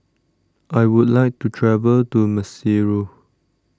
I would like to travel to Maseru